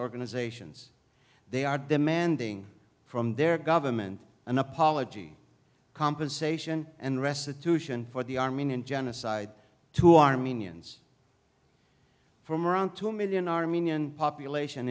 organizations they are demanding from their government an apology compensation and restitution for the armenian genocide to armenians from around two million armenian population